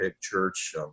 Church